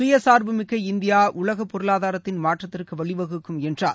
சுய சார்பு மிக்க இந்தியாஉலகபொருளாதாரத்தின் மாற்றத்திற்குவழிவகுக்கும் என்றார்